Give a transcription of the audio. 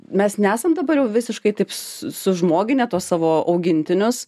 mes nesam dabar jau visiškai taip su sužmogine to savo augintinius